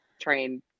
train